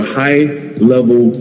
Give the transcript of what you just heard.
high-level